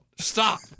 Stop